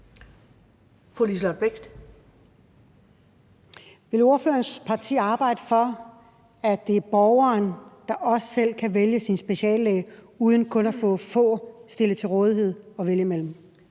Vil ordførerens parti arbejde for, at det er borgeren, der også selv kan vælge sin speciallæge uden kun at få få stillet til rådighed at vælge imellem?